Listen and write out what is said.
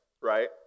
right